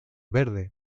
verde